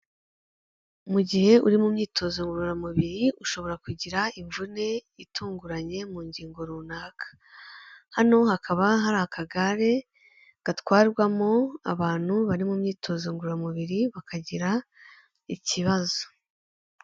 Mu gihe uri mu myitozo ngororamubiri ushobora kugira imvune itunguranye mu ngingo runaka, hano hakaba hari akagare gatwarwamo abantu bari mu myitozo ngororamubiri bakagira ikibazo.